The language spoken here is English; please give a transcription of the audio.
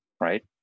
right